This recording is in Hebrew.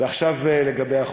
עכשיו לגבי החוק.